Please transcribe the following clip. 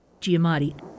Giamatti